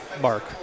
Mark